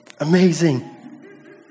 Amazing